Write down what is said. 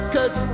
Cause